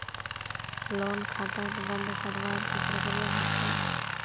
loan खाताक बंद करवार की प्रकिया ह छेक